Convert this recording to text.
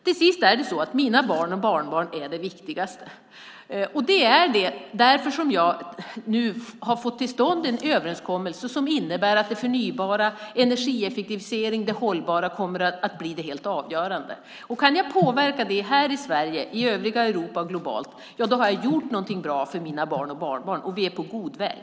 Till syvende och sist är mina barn och barnbarn det viktigaste, och därför har jag nu fått till stånd en överenskommelse som innebär att det förnybara, energieffektivisering, det hållbara kommer att bli det helt avgörande. Om jag kan påverka det i Sverige, i övriga Europa och globalt så har jag gjort någonting bra för mina barn och barnbarn. Vi är på god väg.